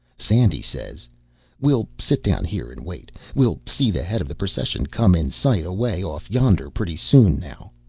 sandy says we'll sit down here and wait. we'll see the head of the procession come in sight away off yonder pretty soon, now.